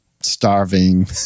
starving